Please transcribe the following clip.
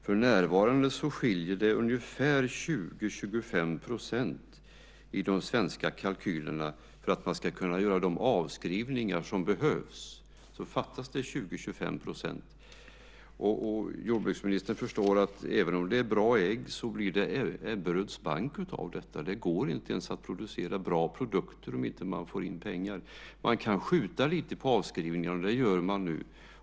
När det gäller de svenska kalkylerna fattas det för närvarande 20-25 % för att man ska kunna göra de avskrivningar som behövs. Jordbruksministern måste förstå att även om det är bra ägg blir det Ebberöds bank av detta. Det går inte ens att producera bra produkter om man inte får in pengar. Man kan skjuta lite grann på avskrivningarna, och det gör man nu.